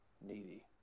needy